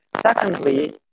Secondly